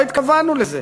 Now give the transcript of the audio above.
לא התכוונו לזה.